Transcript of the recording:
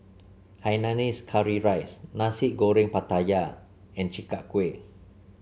Hainanese Curry Rice Nasi Goreng Pattaya and Chi Kak Kuih